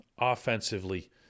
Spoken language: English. Offensively